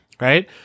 right